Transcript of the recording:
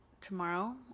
tomorrow